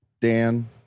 dan